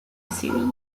city